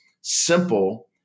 simple